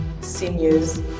seniors